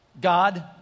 God